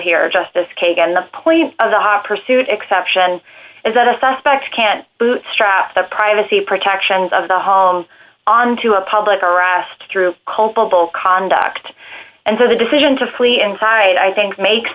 here justice kagan the point of the hot pursuit exception is that a suspect can bootstrap the privacy protections of the home onto a public arrest through culpable conduct and so the decision to flee and side i think makes